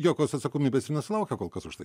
jokios atsakomybės ir nesulaukia kol kas už tai